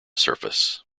surface